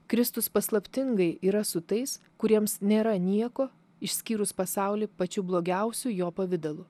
kristus paslaptingai yra su tais kuriems nėra nieko išskyrus pasaulį pačiu blogiausiu jo pavidalu